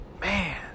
Man